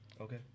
Okay